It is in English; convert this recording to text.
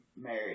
married